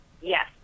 Yes